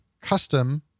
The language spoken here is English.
custom